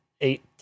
eight